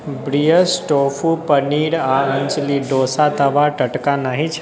ब्रियस tofu paneer आ अंजली डोसा तवा टटका नहि छऽ